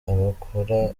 abakora